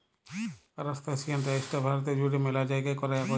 কারাস্তাসিয়ান চাইশটা ভারতে জুইড়ে ম্যালা জাইগাই কৈরা হই